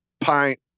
pint